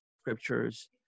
scriptures